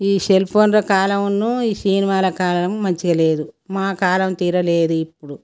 ఈ సెల్ ఫోన్ల కాలమును ఈ సినిమాల కాలం మంచిగా లేదు మా కాలం తీరు లేదు ఇప్పుడు